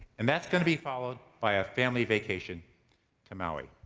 and that's gonna be followed by a family vacation to maui.